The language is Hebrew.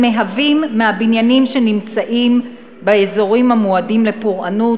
מהבניינים שנמצאים באזורים המועדים לפורענות,